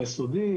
היסודי,